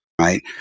right